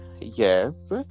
Yes